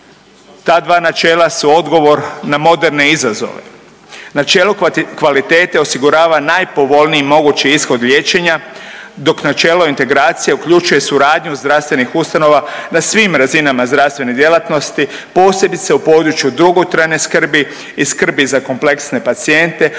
Ta dva načela su odgovor na moderne izazove. Načelo kvalitete osigurava najpovoljniji mogući ishod liječenja dok načelo integracija uključuje suradnju zdravstvenih ustanova na svim razinama zdravstvene djelatnosti posebice u području dugotrajne skrbi i skrbi za kompleksne pacijente,